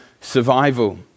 survival